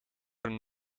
een